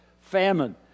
famine